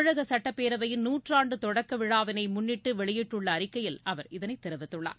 தமிழக சட்டப்பேரவையின் நூற்றாண்டு தொடக்க விழாவினை முன்னிட்டு வெளியிட்டுள்ள அறிக்கையில் அவர் இதனைத் தெரிவித்துள்ளார்